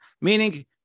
Meaning